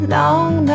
long